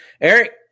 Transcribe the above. Eric